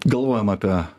galvojam apie